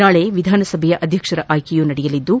ನಾಳೆ ವಿಧಾನಸಭೆಯ ಅಧ್ಯಕ್ಷರ ಆಯ್ಕೆಯೂ ನಡೆಯಲಿದ್ದು